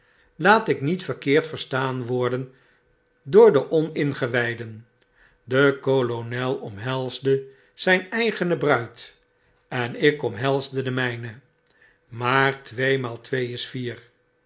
laat ik niet verkeerd verstaan worden doorde oningewyden de kolonel omhelsde zyn eigene bruid en ik omhelsde de myne maar tweemaal twee is vier